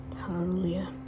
hallelujah